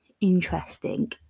interesting